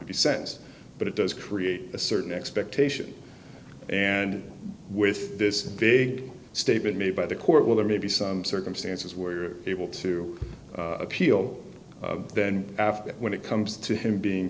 be sense but it does create a certain expectation and with this big statement made by the court well there may be some circumstances where you're able to appeal then after that when it comes to him being